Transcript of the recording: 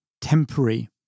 temporary